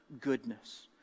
Goodness